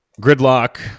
gridlock